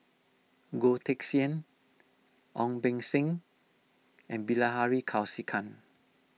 Goh Teck Sian Ong Beng Seng and Bilahari Kausikan